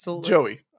Joey